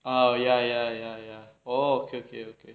ah ya ya ya ya okay okay okay